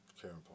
Karen